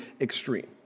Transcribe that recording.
extreme